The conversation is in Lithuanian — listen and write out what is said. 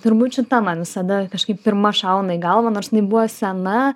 turbūt šita man visada kažkaip pirma šauna į galvą nors jinai buvo sena